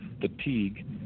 fatigue